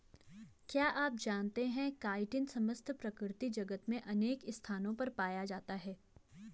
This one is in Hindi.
क्या आप जानते है काइटिन समस्त प्रकृति जगत में अनेक स्थानों पर पाया जाता है?